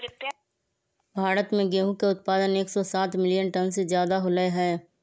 भारत में गेहूं के उत्पादन एकसौ सात मिलियन टन से ज्यादा होलय है